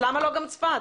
למה לא גם צפת?